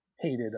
hated